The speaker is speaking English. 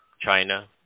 China